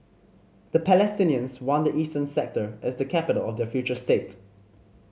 the Palestinians want the eastern sector as the capital of their future state